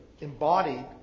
embodied